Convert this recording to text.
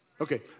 Okay